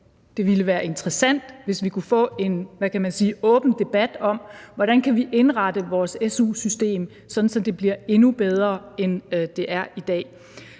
det ville være interessant, hvis vi kunne få en åben debat om, hvordan vi kan indrette vores su-system, så det bliver endnu bedre, end det er i dag.